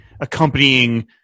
accompanying